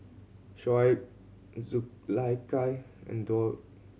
Shoaib Zulaikha and Daud